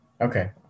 Okay